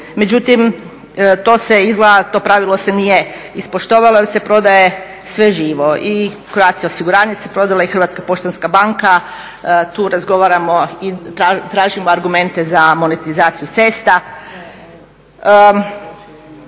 Međutim, to pravilo se izgleda nije ispoštovalo jer se prodaje sve živo, i Croatia osiguranje se prodala i HPB, tu razgovaramo i tražimo argumente za monetizaciju cesta.